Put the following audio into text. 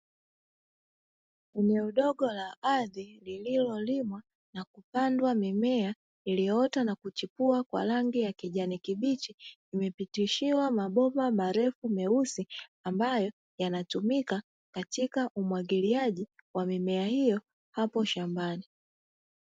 Eneo dogo la ardhi lililolimwa na kupandwa mimea iliyo ota na kuchipua kwa rangi ya kijani kibichi, imepitishiwa mabomba marefu meusi, ambayo yanatumika katika umwagiliaji wa mimea hiyo hapo shambani.